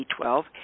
B12